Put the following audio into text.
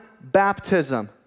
baptism